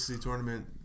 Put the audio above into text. tournament